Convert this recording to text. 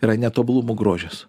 yra netobulumo grožis